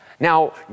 Now